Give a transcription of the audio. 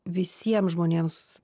visiem žmonėms